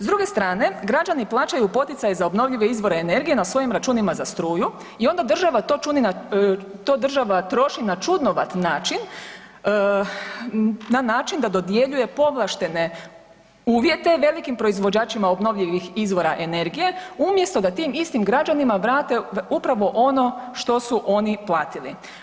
S druge strane građani plaćaju poticaje za obnovljive izvore energije na svojim računima za struju i onda država to troši na čudnovat način, na način da dodjeljuje povlaštene uvjete velikim proizvođačima obnovljivih izvora energije, umjesto da tim istim građanima vrati upravo ono što su oni platili.